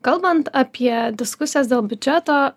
kalbant apie diskusijas dėl biudžeto